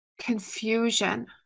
confusion